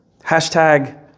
Hashtag